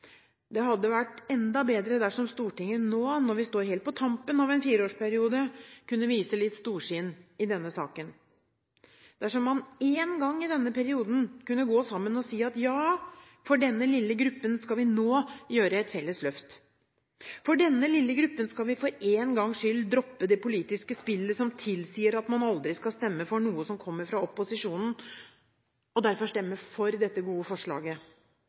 det hadde vært enda bedre dersom Stortinget nå, når vi står helt på tampen av en fireårsperiode, kunne vise litt storsinn i denne saken, og man én gang i denne perioden kunne gå sammen og si: Ja, for denne lille gruppen skal vi nå gjøre et felles løft, for denne lille gruppen skal vi for en gangs skyld droppe det politiske spillet som tilsier at man aldri skal stemme for noe som kommer fra opposisjonen – og derfor skal vi stemme for dette gode forslaget.